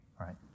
right